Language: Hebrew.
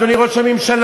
אדוני ראש הממשלה,